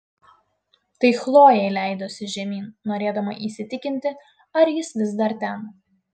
tai chlojė leidosi žemyn norėdama įsitikinti ar jis vis dar ten